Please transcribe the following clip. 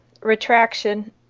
retraction